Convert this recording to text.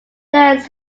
lens